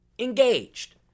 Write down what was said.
engaged